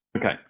Okay